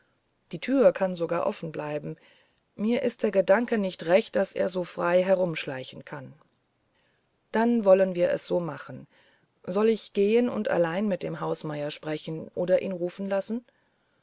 die tür kann sogar offen bleiben mir ist der gedanke nicht recht daß er so frei herumschleichen kann dann wollen wir es so machen soll ich gehen und allein mit dem hausmeier sprechen oder ihn rufen lassen